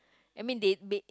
I mean they they